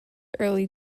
early